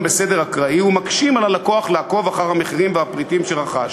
בסדר אקראי ומקשים על הלקוח לעקוב אחר המחירים והפריטים שרכש.